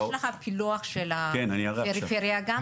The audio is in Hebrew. יש לך פילוח של הפריפריה גם?